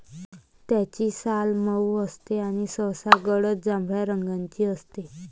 त्याची साल मऊ असते आणि सहसा गडद जांभळ्या रंगाची असते